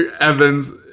Evans